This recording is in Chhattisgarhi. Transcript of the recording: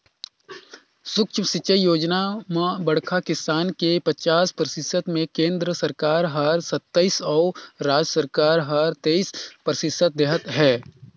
सुक्ष्म सिंचई योजना म बड़खा किसान के पचास परतिसत मे केन्द्र सरकार हर सत्तइस अउ राज सरकार हर तेइस परतिसत देहत है